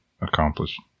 accomplished